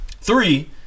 Three